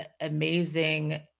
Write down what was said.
amazing